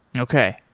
okay.